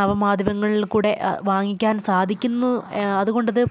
നവമാധ്യമങ്ങളിൽക്കൂടി വാങ്ങിക്കാൻ സാധിക്കുന്നു അതുകൊണ്ടത്